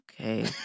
Okay